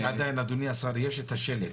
יש עדיין, אדוני השר, יש את השלט.